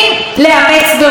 על הפונדקאות,